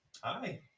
Hi